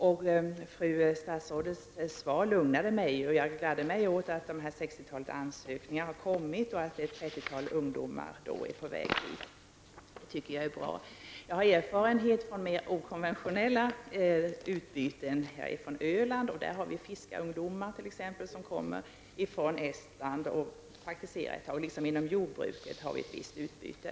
Fru statsrådets svar lugnade mig, och jag gladde mig åt att ett sextiotal ansökningar har kommit och att ett trettiotal ungdomar är på väg hit. Det tycker jag är bra. Jag har erfarenhet från mer okonventionella utbyten. Jag är från Öland, och dit kommer t.ex. fiskarungdomar från Estland för att praktisera ett tag. Även inom jordbruket har vi ett visst utbyte.